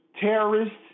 terrorists